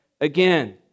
again